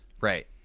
Right